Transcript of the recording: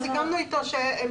סיכמנו אתו.